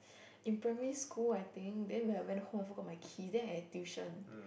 in primary school I think then when I went home I forgot my key then I had tuition